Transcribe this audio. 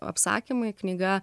apsakymai knyga